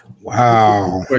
Wow